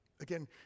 Again